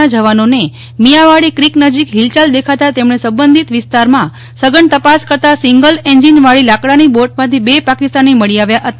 ના જવાનોને મીયાવાળી ક્રિક નજીક હિલચાલ દેખાતા તેમજ્ઞે સંબંધીત વિસ્તારમાં સઘન તપાસ કરતા સીંગલ એન્જીનવાળી લાકડાની બોટમાંથી બે પાકિસ્તાની મળી આવ્યા હતા